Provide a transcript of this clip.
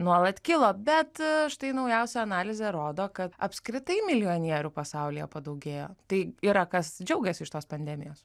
nuolat kilo bet štai naujausia analizė rodo kad apskritai milijonierių pasaulyje padaugėjo tai yra kas džiaugiasi iš tos pandemijos